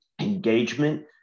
engagement